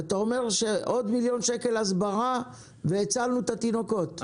אתה אומר שעוד מיליון שקל להסברה והצלנו את התינוקות?